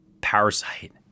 Parasite